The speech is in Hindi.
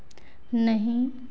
नहीं